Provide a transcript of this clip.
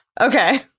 Okay